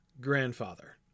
grandfather